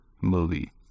movie